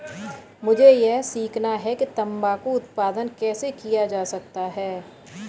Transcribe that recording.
मुझे यह सीखना है कि तंबाकू उत्पादन कैसे किया जा सकता है?